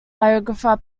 biographer